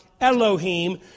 Elohim